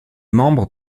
membre